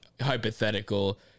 hypothetical